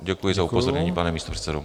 Děkuji za upozornění, pane místopředsedo.